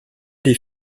des